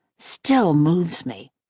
still moves me.